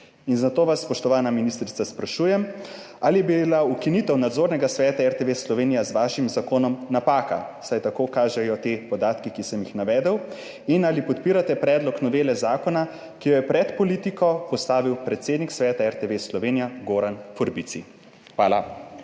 Zato vas, spoštovana ministrica, sprašujem: Ali je bila ukinitev Nadzornega sveta RTV Slovenija z vašim zakonom napaka? Vsaj tako kažejo ti podatki, ki sem jih navedel. Zanima me tudi: Ali podpirate predlog novele zakona, ki jo je pred politiko postavil predsednik Sveta RTV Slovenija Goran Forbici? Hvala.